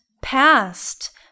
past